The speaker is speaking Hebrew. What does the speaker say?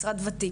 משרד וותיק,